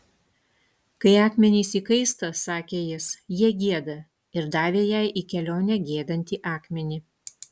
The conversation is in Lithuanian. kai akmenys įkaista sakė jis jie gieda ir davė jai į kelionę giedantį akmenį